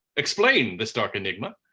explain this dark enigma.